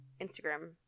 instagram